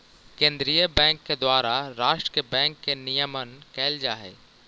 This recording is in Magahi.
केंद्रीय बैंक के द्वारा राष्ट्र के बैंक के नियमन कैल जा हइ